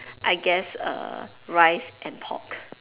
I guess rice and pork